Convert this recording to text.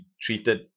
treated